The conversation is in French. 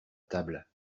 table